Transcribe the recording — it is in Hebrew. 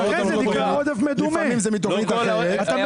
לפעמים זה מתוכנית אחרת.